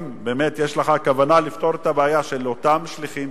אם באמת יש לך כוונה לפתור את הבעיה של אותם שליחים,